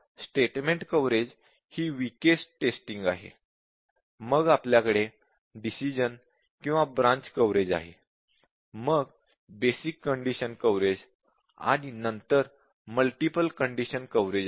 statement coverage ही weakest testing आहे मग आपल्याकडे डिसिश़न किंवा ब्रांच कव्हरेज आहे मग बेसिक कंडीशन कव्हरेज आणि नंतर मल्टीपल कंडीशन कव्हरेज आहे